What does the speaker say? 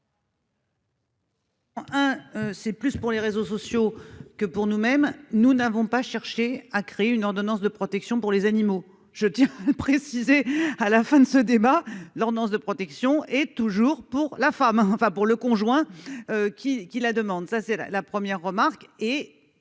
c'est plus pour les réseaux sociaux que pour nous même, nous n'avons pas cherché à créer une ordonnance de protection pour les animaux, je tiens à préciser, à la fin de ce débat, l'ordonnance de protection et toujours pour la femme, enfin pour le conjoint qui qui la demande, ça c'est la la première remarque